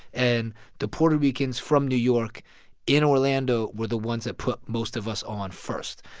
and the puerto ricans from new york in orlando were the ones that put most of us on first.